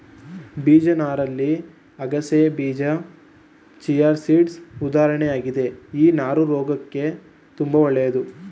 ಬೀಜ ನಾರಲ್ಲಿ ಅಗಸೆಬೀಜ ಚಿಯಾಸೀಡ್ಸ್ ಉದಾಹರಣೆ ಆಗಿದೆ ಈ ನಾರು ಆರೋಗ್ಯಕ್ಕೆ ತುಂಬಾ ಒಳ್ಳೇದು